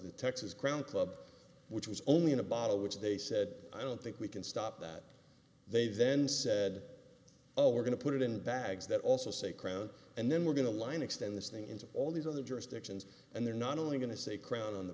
club which was only in a bottle which they said i don't think we can stop that they then said oh we're going to put it in bags that also say crown and then we're going to line extend this thing into all these other jurisdictions and they're not only going to say crown on the